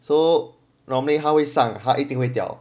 so normally 他会上他一定会掉